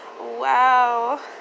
wow